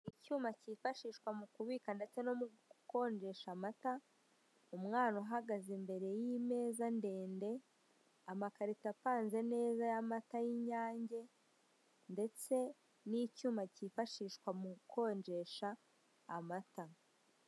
Icyuma kifashishwa mu kubika ndetse no mu gukonjesha, amata umwana uhagaze imbere y'imeza ndende amakarito apanze neza y'amaya y'Inyange ndetse n'icyuma kifashishwa mu gukonjesha amata.